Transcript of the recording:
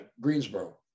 Greensboro